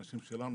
אנשים שלנו,